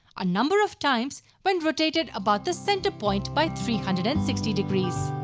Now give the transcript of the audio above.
a number of times when rotated about the center point by three hundred and sixty degrees.